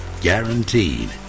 Guaranteed